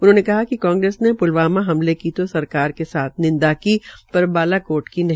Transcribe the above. उन्होंने कहा कि कांग्रेस ने प्लवामा हमले की तो सरकार के साथ निंदा की पर बालाकोट की नहीं